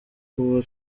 kuba